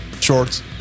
shorts